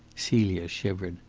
celia shivered.